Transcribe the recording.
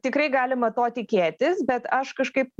tikrai galima to tikėtis bet aš kažkaip